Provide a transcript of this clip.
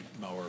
mower